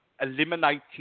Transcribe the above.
eliminating